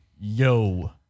Yo